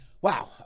Wow